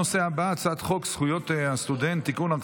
הצעת חוק זכויות הסטודנט (תיקון,